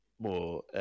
more